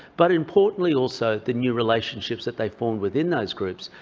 but importantly also the new relationships that they formed within those groups.